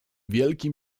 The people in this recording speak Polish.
wielkim